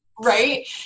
Right